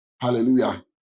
Hallelujah